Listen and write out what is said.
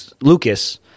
Lucas